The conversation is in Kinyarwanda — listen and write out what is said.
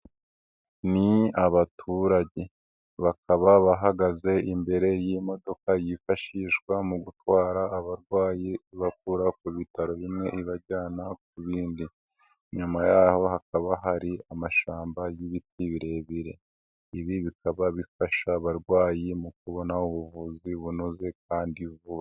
Ni abaturage bakaba bahagaze imbere y'imodoka yifashishwa mu gutwara abarwayi ibakura ku bitaro bimwe ibajyana ku bindi, inyuma yaho hakaba hari amashyamba y'ibiti birebire, ibi bikaba bifasha abarwayi mu kubona ubuvuzi bunoze kandi vubazi.